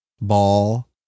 ball